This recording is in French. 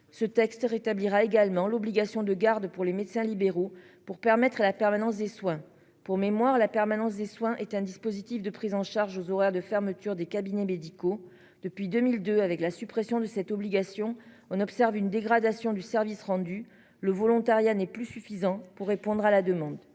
Ce texte rétablira également l'obligation de garde pour les médecins libéraux pour permettre à la permanence des soins. Pour mémoire, la permanence des soins est un dispositif de prise en charge horaires de fermeture des cabinets médicaux depuis 2002 avec la suppression de cette obligation, on observe une dégradation du service rendu le volontariat n'est plus suffisant pour répondre à la demande.